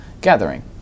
gathering